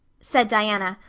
said diana,